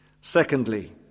Secondly